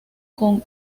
con